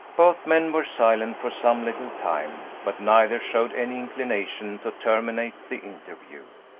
both men were silent for some little time, but neither showed any inclination to terminate the interview.